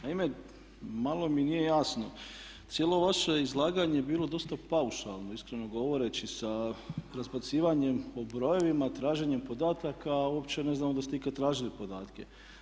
Naime, malo mi nije jasno, cijelo vaše izlaganje je bilo dosta paušalno iskreno govoreći sa razbacivanjem brojeva, traženjem podataka a uopće ne znamo da ste ikad tražili podatke.